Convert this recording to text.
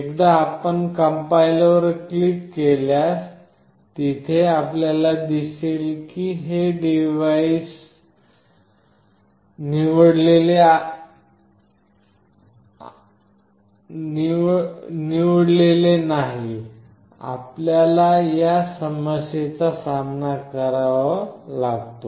एकदा आपण कंपाईलरवर क्लिक केल्यास तिथे आपल्याला दिसेल की हे डिव्हाइस निवडलेले लिहिलेले नाही आपल्याला या समस्येचा सामना करावा लागतो